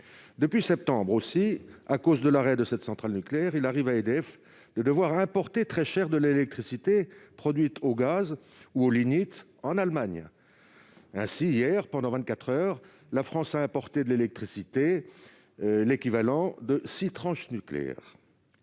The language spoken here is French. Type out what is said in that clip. Depuis septembre aussi, du fait de l'arrêt de cette centrale nucléaire, il arrive à EDF de devoir importer très cher de l'électricité produite au gaz ou au lignite en Allemagne. Ainsi, hier, pendant vingt-quatre heures, la France a importé l'équivalent de six tranches nucléaires.